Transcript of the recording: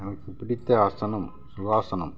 நமக்கு பிடித்த ஆசனம் சுகாசனம்